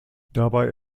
dabei